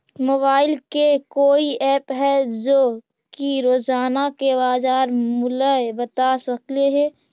Mobile के कोइ app है जो कि रोजाना के बाजार मुलय बता सकले हे?